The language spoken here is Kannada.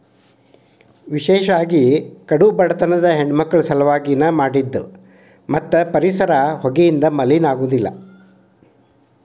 ವಿಶೇಷವಾಗಿ ಕಡು ಬಡತನದ ಹೆಣ್ಣಮಕ್ಕಳ ಸಲವಾಗಿ ನ ಮಾಡಿದ್ದ ಮತ್ತ ಪರಿಸರ ಹೊಗೆಯಿಂದ ಮಲಿನ ಆಗುದಿಲ್ಲ